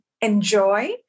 enjoy